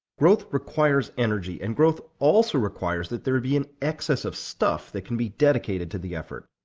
growth requires energy, and growth also requires that there be an excess of stuff that can be dedicated to the effort.